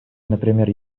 например